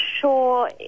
sure